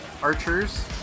archers